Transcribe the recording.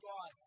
God